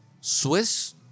Swiss